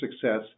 success